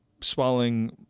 swallowing